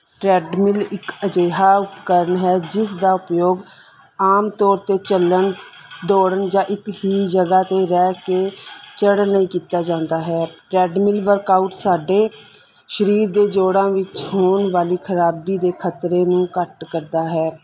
treadmill ਇੱਕ ਅਜਿਹਾ ਉਪਕਰਨ ਹੈ ਜਿਸ ਦਾ ਉਪਯੋਗ ਆਮ ਤੌਰ 'ਤੇ ਚੱਲਣ ਦੌੜਨ ਜਾਂ ਇੱਕ ਹੀ ਜਗ੍ਹਾ 'ਤੇ ਰਹਿ ਕੇ ਚੜਾਂਨ ਲਈ ਕੀਤਾ ਜਾਂਦਾ ਹੈ ਟਰੈਡਮਿਲ ਵਰਕਆਊਟ ਸਾਡੇ ਸਰੀਰ ਦੇ ਜੋੜਾਂ ਵਿੱਚ ਹੋਣ ਵਾਲੀ ਖ਼ਰਾਬੀ ਦੇ ਖ਼ਤਰੇ ਨੂੰ ਘੱਟ ਕਰਦਾ ਹੈ